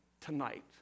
tonight